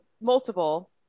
multiple